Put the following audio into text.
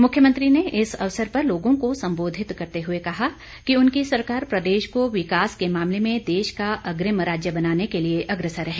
मुख्यमंत्री ने इस अवसर पर लोगों को संबोधित करते हुए कहा कि उनकी सरकार प्रदेश को विकास के मामले में देश का अग्रिम राज्य बनाने के लिए अग्रसर है